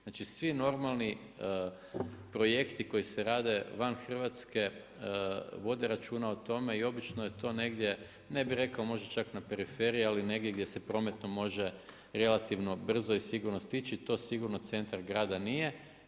Znači svi normalni projekti koji se rade van Hrvatske, vode računa o tome i obično je to negdje ne bih rekao čak na periferiji ali negdje gdje se prometno može relativno brzo i sigurno stići, to sigurno centar grada nije.